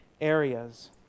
areas